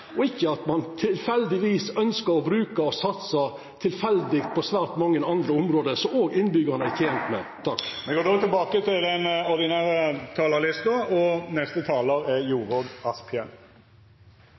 og ikkje at ein tilfeldigvis ønskjer å bruka og satsa tilfeldig på svært mange andre område – noko som òg innbyggjarane er tente med. Replikkordskiftet er omme. Det er ute i kommunene folk bor og lever sine liv, det er